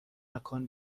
مکان